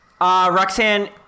Roxanne